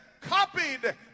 copied